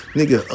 Nigga